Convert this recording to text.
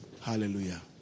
Hallelujah